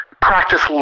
Practice